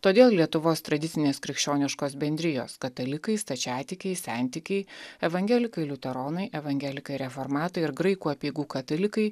todėl lietuvos tradicinės krikščioniškos bendrijos katalikai stačiatikiai sentikiai evangelikai liuteronai evangelikai reformatai ir graikų apeigų katalikai